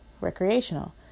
recreational